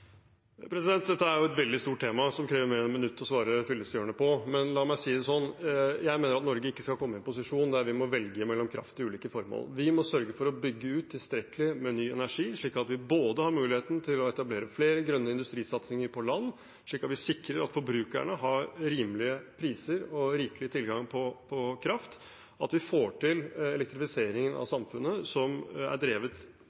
Dette er et veldig stort tema som krever mer enn et minutt å svare fyllestgjørende på. La meg si det slik: Jeg mener at Norge ikke skal komme i en posisjon der vi må velge mellom kraft til ulike formål. Vi må sørge for å bygge ut tilstrekkelig med ny energi, slik at vi har muligheten til å etablere flere grønne industrisatsinger på land, slik at vi sikrer at forbrukerne har rimelige priser og rikelig tilgang på kraft, at vi får til elektrifiseringen av